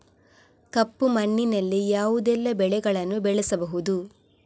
ಕಪ್ಪು ಮಣ್ಣಿನಲ್ಲಿ ಯಾವುದೆಲ್ಲ ಬೆಳೆಗಳನ್ನು ಬೆಳೆಸಬಹುದು?